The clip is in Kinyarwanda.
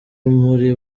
muri